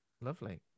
lovely